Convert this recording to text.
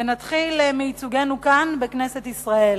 נתחיל מייצוגנו כאן, בכנסת ישראל: